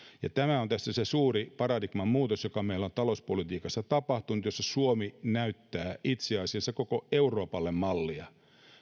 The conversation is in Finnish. ja tämä on tässä se suuri paradigmanmuutos joka meillä on talouspolitiikassa tapahtunut jossa suomi näyttää itse asiassa koko euroopalle mallia